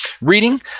reading